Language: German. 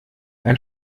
ein